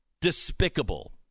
Despicable